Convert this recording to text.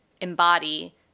embody